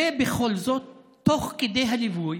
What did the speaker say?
ובכל זאת, תוך כדי הליווי,